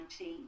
2019